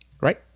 Right